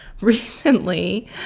Recently